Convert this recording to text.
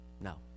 No